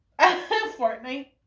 Fortnite